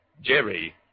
Jerry